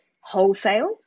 wholesale